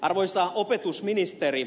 arvoisa opetusministeri